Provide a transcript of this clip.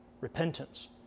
repentance